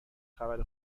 خبر